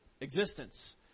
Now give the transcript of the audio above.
existence